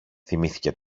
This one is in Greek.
θυμήθηκε